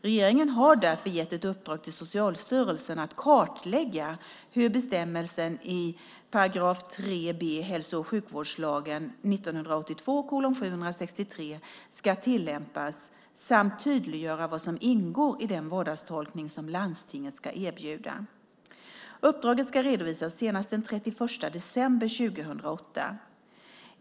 Regeringen har därför gett ett uppdrag till Socialstyrelsen att kartlägga hur bestämmelsen i 3 b § hälso och sjukvårdslagen tillämpas samt tydliggöra vad som ingår i den vardagstolkning som landstinget ska erbjuda. Uppdraget ska redovisas senast den 31 december 2008.